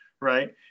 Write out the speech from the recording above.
Right